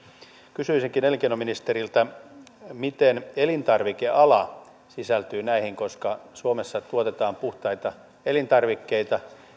kysyisinkin elinkeinoministeriltä miten elintarvikeala sisältyy näihin koska suomessa tuotetaan puhtaita elintarvikkeita